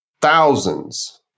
Thousands